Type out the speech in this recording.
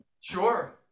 Sure